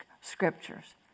scriptures